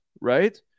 right